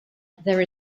there